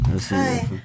Hi